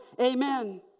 amen